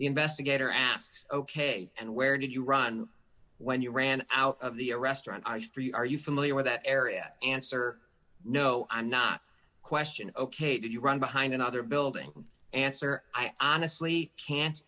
investigator asks ok and where did you run when you ran out of the a restaurant i three are you familiar with that area answer no i'm not question ok did you run behind another building answer i honestly can't